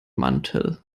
mantel